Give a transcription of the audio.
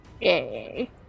Yay